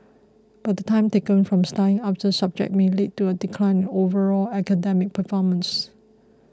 but the time taken away from studying other subjects may lead to a decline in overall academic performance